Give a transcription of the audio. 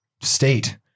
state